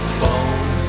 phone